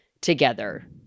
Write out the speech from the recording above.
together